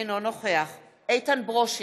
אינו נוכח איתן ברושי,